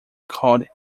called